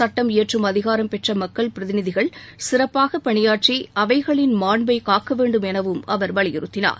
சுட்டம் இயற்றும் அதிகாரம் பெற்ற மக்கள் பிரதிநிதிகள் சிறப்பாக பணியாற்றி அவைகளின் மாண்பை காக்க வேண்டும் எனவும் அவர் வலியுறுத்தினார்